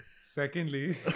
Secondly